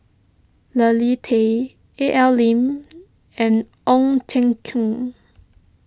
Leslie Tay A L Lim and Ong Teng Koon